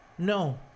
No